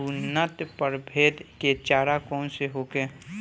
उन्नत प्रभेद के चारा कौन होखे?